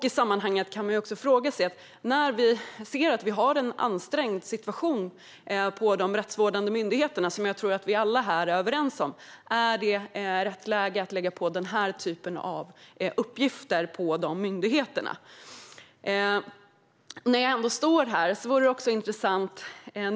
I sammanhanget kan man också fråga sig om det, när vi ser att vi har en ansträngd situation på de rättsvårdande myndigheterna, vilket jag tror att alla här är överens om, är rätt läge att lägga denna typ av uppgifter på dessa myndigheter. När jag ändå står här vore en annan sak intressant att ta upp.